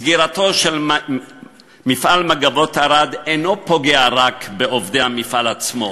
סגירתו של מפעל "מגבות ערד" אינה פוגעת רק בעובדי המפעל עצמו,